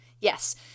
Yes